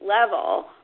level